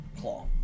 claw